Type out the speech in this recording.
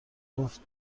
گفت